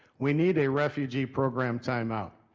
we need a refugee program timeout.